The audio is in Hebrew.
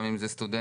גם אם זה סטודנטים,